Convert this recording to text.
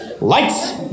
Lights